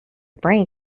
brain